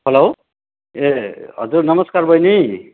hello ए हजुर नमस्कार बहिनी